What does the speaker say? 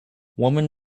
woman